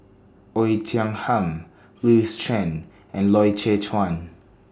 Oei Tiong Ham Louis Chen and Loy Chye Chuan